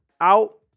out